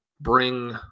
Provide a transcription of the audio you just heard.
bring